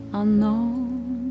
unknown